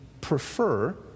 prefer